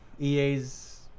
EA's